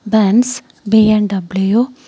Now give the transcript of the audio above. Benz B N W